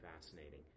fascinating